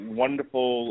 wonderful